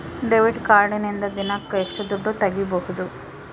Debit ಕಾರ್ಡಿನಿಂದ ದಿನಕ್ಕ ಎಷ್ಟು ದುಡ್ಡು ತಗಿಬಹುದು?